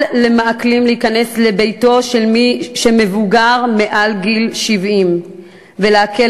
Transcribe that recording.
אל למעקלים להיכנס לביתו של מי שמבוגר מגיל 70 ולעקל